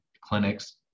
clinics